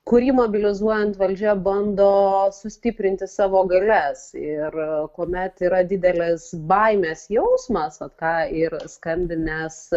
kurį mobilizuojant valdžia bando sustiprinti savo galias ir kuomet yra didelės baimės jausmas kad ką ir skambinęs